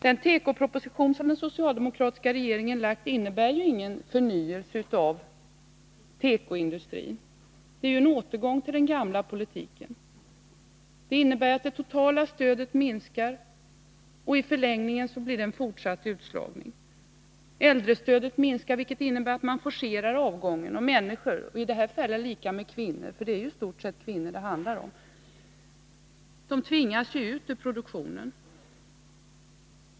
Den tekoproposition som den socialdemokratiska regeringen framlagt innebär ingen förnyelse av tekoindustrin — den innebär en återgång till den gamla politiken. Det innebär att det totala stödet minskar, och i förlängningen blir det en fortsatt utslagning. Äldrestödet minskar, vilket innebär att man forcerar avgången. Människor — i det här fallet kvinnor, för det är ju i stort sett kvinnor det handlar om — tvingas ut ur produktionen.